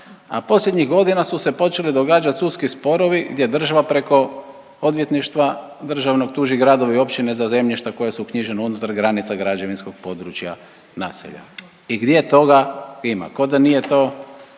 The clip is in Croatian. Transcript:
a posljednjih godina su se počeli događat sudski sporovi gdje država preko odvjetništva državnog tuži gradove i općine za zemljišta koja su uknjižene unutar granica građevinskog područja naselja. I gdje toga ima. Ko da nije to